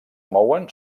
mouen